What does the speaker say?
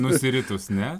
nusiritus ne